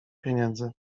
pieniędzy